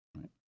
right